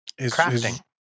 Crafting